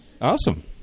Awesome